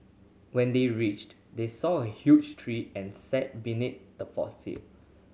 when they reached they saw a huge tree and sat beneath the